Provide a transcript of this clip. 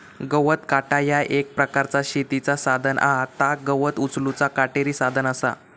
गवत काटा ह्या एक प्रकारचा शेतीचा साधन हा ता गवत उचलूचा काटेरी साधन असा